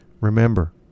Remember